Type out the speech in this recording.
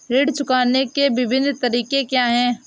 ऋण चुकाने के विभिन्न तरीके क्या हैं?